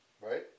right